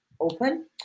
open